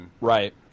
Right